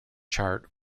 chart